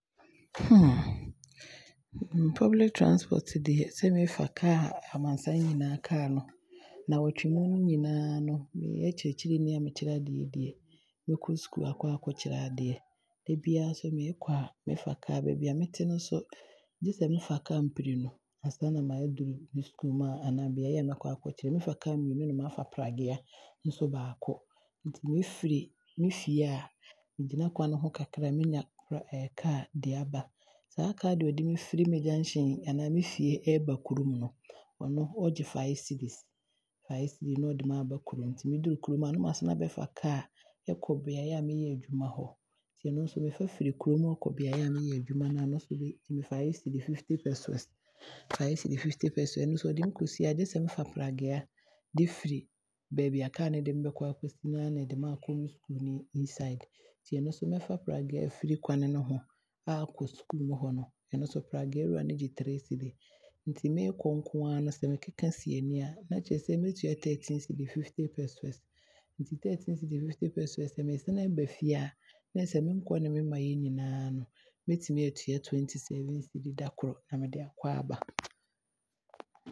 public transport deɛ sɛ merefa car, amansan nyinaa car no, nnawɔtwe mu no nyinaa no, meyɛ kyerɛkyerɛni a mekyerɛ adeɛ yi deɛ, mekɔ sukuu aakɔ akɔ kyerɛ adeɛ, da biaa nso meekɔ a, mefa car. Na baabi a mete no nso gye me fa car mprɛnu ansa na maduru me sukuu mu hɔ anaa beaeɛ a meekɔ kyerɛ adeɛ no, mefa car mmienu na mafa pragyia nso baako. Nti meefiri me fie a, megyina kwan ho kakra a,mɛnya car de aaba, saa car deɛ ɔde me junction anaa me fie ɛɛba krom no, ɔno ɔgye 5 cedis, 5 cedis na ɔde me aaba krom, nti me duru krom a, na maasan aabɛfa car de kɔ baabi a meeyɛ adwuma he. Nti ɛno nso me fa fri kurom ɛɛkɔ beaeɛ a meyɛ adwuma no ɛno nso bɛgye me 5 cedis, 50 pesewas. 5 cedis 50 pesewas, ɛno nso ɔde me kɔsi a gye sɛ mfa pragyia de firi baabi a car no de me bɛsi no aakɔ me sukuu mu hɔ inside, nti ɛno nso, mɛfa pragyia aafiri kwane no ho aakɔ sukuu mu hɔ no, ɛno nso pragyia wura no gye 3 cedis. Nti meekɔ nko aa no, sɛ mekeka si ani a, na kyerɛsɛ mɛtua 13 cedis 50 pesewas. 13 cedis 50 pesewas, nti sɛ meresane aaba fie a, na ɛɛsɛ meekɔ ne meeba no nyinaa no mɛtumi aatua 27 cedis dakoro na me de aakɔ aaba.